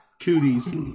Cooties